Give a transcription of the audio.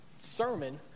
sermon